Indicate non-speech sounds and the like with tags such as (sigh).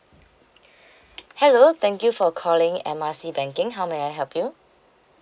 (breath) hello thank you for calling M R C banking how may I help you